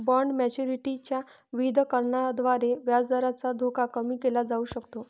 bond maturity च्या विविधीकरणाद्वारे व्याजदराचा धोका कमी केला जाऊ शकतो